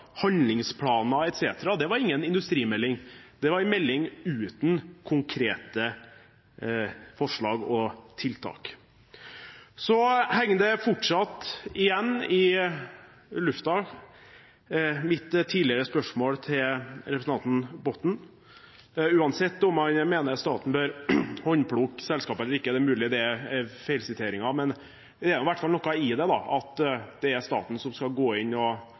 handlingsplaner etc. Det var ingen industrimelding, det var en melding uten konkrete forslag og tiltak. Så henger fortsatt mitt tidligere spørsmål til representanten Botten igjen i luften. Uansett om man mener staten bør håndplukke selskaper eller ikke – det er mulig det er feilsitering – er det i hvert fall noe i det, at det er staten som skal gå inn og